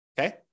Okay